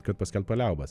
kad paskelbt paliaubas